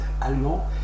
allemand